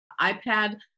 iPad